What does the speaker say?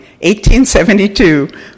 1872